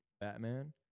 Batman